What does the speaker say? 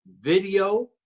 Video